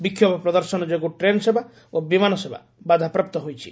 ବିକ୍ଷୋଭ ପ୍ରଦର୍ଶନ ଯୋଗୁଁ ଟ୍ରେନ୍ ସେବା ଓ ବିମାନ ସେବା ବାଧାପ୍ରାପ୍ତ ହୋଇଛି